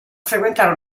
frequentare